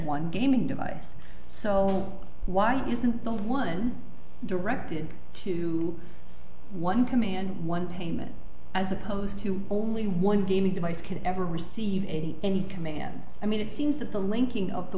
one gaming device so why isn't the one directed to one command one payment as opposed to only one gaming device could ever receive any commands i mean it seems that the linking of the